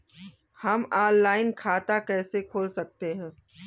हम ऑनलाइन खाता कैसे खोल सकते हैं?